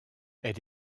elle